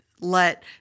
let